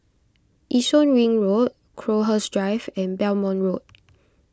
Yishun Ring Road Crowhurst Drive and Belmont Road